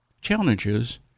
challenges